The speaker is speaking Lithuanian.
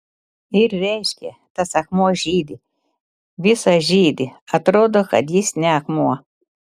ir reiškia tas akmuo žydi visas žydi atrodo kad jis ne akmuo